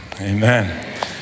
amen